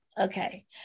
Okay